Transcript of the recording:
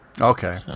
Okay